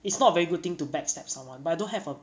it's not a very good thing to backstab someone but I don't have a